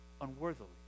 unworthily